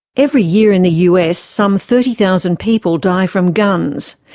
every year in the us some thirty thousand people die from guns.